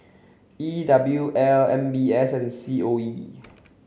E W L M B S and C O E